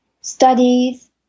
studies